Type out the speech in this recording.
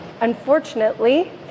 unfortunately